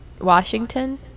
Washington